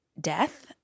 death